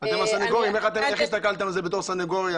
גם על התכלית שלשמה הם עצורים או אסורים,